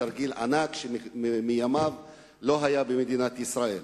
תרגיל ענק שמימיו לא היה במדינת ישראל.